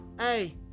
Hey